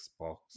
Xbox